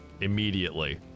immediately